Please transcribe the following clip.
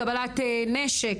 לקבלת נשק,